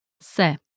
se